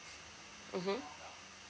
mmhmm